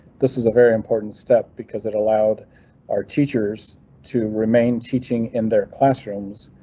this is a very important step because it allowed our teachers to remain teaching in their classrooms.